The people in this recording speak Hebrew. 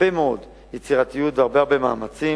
הרבה מאוד יצירתיות והרבה מאמצים.